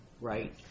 right